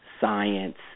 science